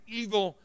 evil